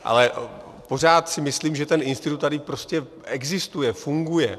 Ale pořád si myslím, že ten institut tady prostě existuje, funguje.